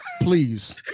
Please